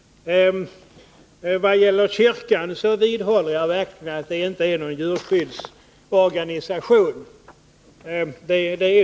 Sedan vidhåller jag att kyrkan verkligen inte är någon djurskyddsorganisation.